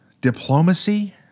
Diplomacy